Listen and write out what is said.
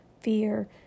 fear